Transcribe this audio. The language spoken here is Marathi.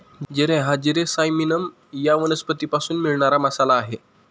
जिरे हा जिरे सायमिनम या वनस्पतीपासून मिळणारा मसाला आहे